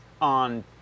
on